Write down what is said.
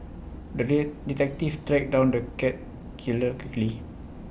the day detective tracked down the cat killer quickly